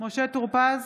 משה טור פז,